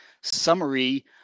summary